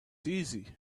easy